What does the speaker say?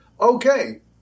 okay